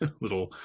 little